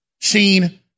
Seen